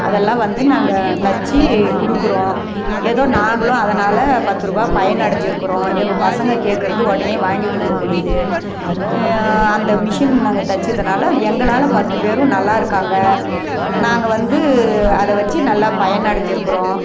அதெல்லாம் வந்து நாங்கள் தைச்சி கொடுக்குறோம் ஏதோ நாங்களும் அதனால் பத்து ரூபா பயனடைஞ்சிருக்கிறோம் எங்கள் பசங்க கேக்கிறது உடனே வாங்கிக் கொடுக்க முடியுது அந்த மிஷின் நாங்கள் தைச்சதுனால எங்களால் பத்து பேரும் நல்லா இருக்காங்க நாங்கள் வந்து அதை வெச்சி நல்லா பயனடைஞ்சிருக்கிறோம்